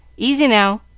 easy now!